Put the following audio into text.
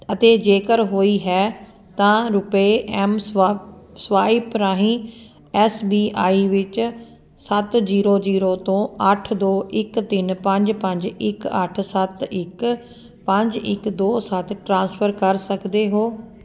ਅਤੇ ਜੇਕਰ ਹੋਈ ਹੈ ਤਾਂ ਰੁਪਏ ਐੱਮ ਸਵਾ ਸਵਾਇਪ ਰਾਹੀਂ ਐੱਸ ਬੀ ਆਈ ਵਿੱਚ ਸੱਤ ਜੀਰੋ ਜੀਰੋ ਤੋਂ ਅੱਠ ਦੋ ਇੱਕ ਤਿੰਨ ਪੰਜ ਪੰਜ ਇੱਕ ਅੱਠ ਸੱਤ ਇੱਕ ਪੰਜ ਇੱਕ ਦੋ ਸੱਤ ਟ੍ਰਾਂਸਫਰ ਕਰ ਸਕਦੇ ਹੋ